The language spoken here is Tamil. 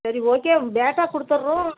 சரி ஓகே பேட்டா கொடுத்துர்றோம்